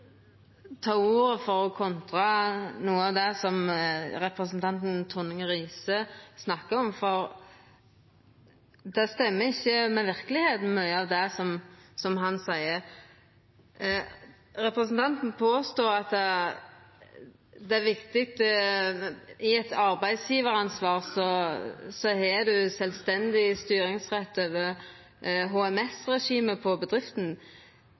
ta ordet for å kontra noko av det som representanten Tonning Riise snakka om, for det stemmer ikkje med verkelegheita, mykje av det som han seier. Representanten påstår at det er viktig at i eit arbeidsgjevaransvar har ein sjølvstendig styringsrett over